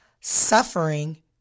suffering